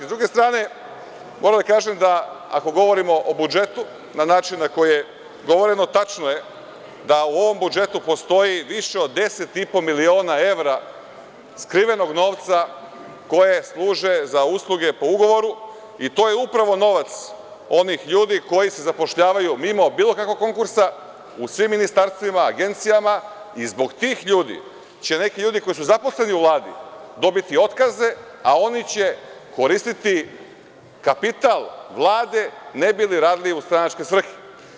S druge strane, moram da kažem da, ako govorimo o budžetu na način na koji govorimo, tačno je da u ovom budžetu postoji više od deset i po miliona evra skrivenog novca koji služi za usluge po ugovoru i to je upravo novac onih ljudi koji se zapošljavaju mimo bilo kakvog konkursa u svim ministarstvima, agencijama i zbog tih ljudi će neki ljudi koji su zaposleni u Vladi dobiti otkaze, a oni će koristiti kapital Vlade, ne bi li radili u stranačke svrhe.